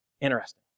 interesting